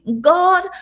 God